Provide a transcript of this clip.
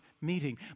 meeting